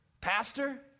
pastor